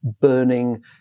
burning